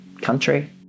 country